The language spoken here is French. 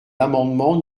l’amendement